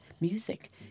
music